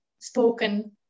spoken